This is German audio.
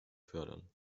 fördern